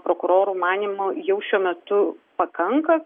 prokurorų manymu jau šiuo metu pakanka